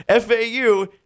FAU